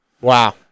Wow